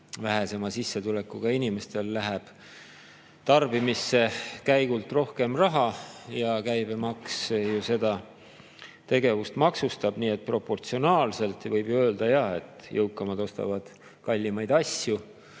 väiksema sissetulekuga inimestel tarbimisse käigult rohkem raha ja käibemaks ju seda tegevust maksustab. Nii et võib öelda jaa, et jõukamad ostavad kallimaid asju